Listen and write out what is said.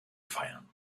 feiern